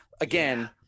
again